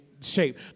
shape